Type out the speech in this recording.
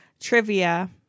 trivia